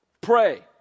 pray